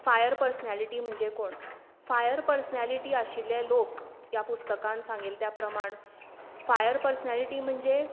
fire personality म्हणजे कोण fire personality आशिल्लें लोक ह्या पुस्तकान सांगील त्या प्रमाण फायर पर्सनेलिटी म्हणजे